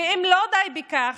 אם לא די בכך,